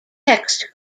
text